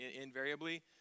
invariably